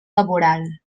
laboral